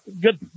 Good